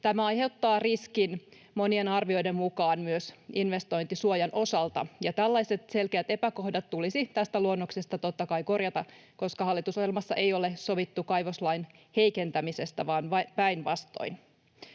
Tämä aiheuttaa riskin monien arvioiden mukaan myös investointisuojan osalta. Tällaiset selkeät epäkohdat tulisi tästä luonnoksesta totta kai korjata, koska hallitusohjelmassa ei ole sovittu kaivoslain heikentämisestä vaan päinvastoin.